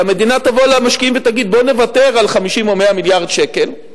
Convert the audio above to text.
שהמדינה תבוא למשקיעים ותגיד: בואו נוותר על 50 או 100 מיליארד שקל,